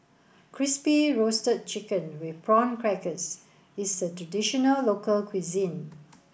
crispy roasted chicken with prawn crackers is a traditional local cuisine